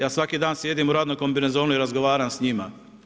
Ja svaki dan sjedim u radnom kombinezonu i razgovaram s njima.